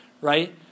right